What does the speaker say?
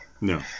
No